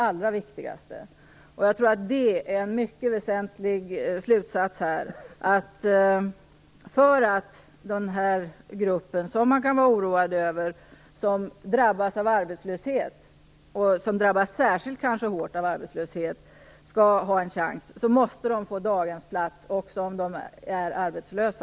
Jag tror att det är en mycket väsentlig slutsats att för att den här gruppen, som man kan vara oroad över och som kanske särskilt hårt drabbas av arbetslöshet, skall ha en chans måste dessa mammor få tillgång till daghemsplats också om de är arbetslösa.